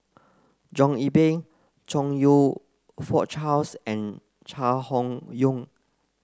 John Eber Chong You Fook Charles and Chai Hon Yoong